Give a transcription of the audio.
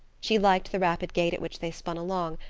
she liked the rapid gait at which they spun along,